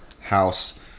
house